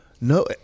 No